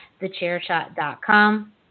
TheChairShot.com